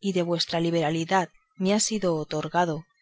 y de vuestra liberalidad me ha sido otorgado